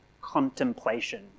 contemplation